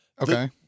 Okay